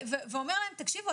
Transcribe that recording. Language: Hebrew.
ואומרים להם: תקשיבו,